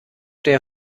der